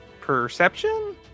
Perception